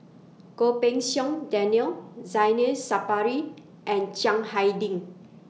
Goh Pei Siong Daniel Zainal Sapari and Chiang Hai Ding